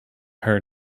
her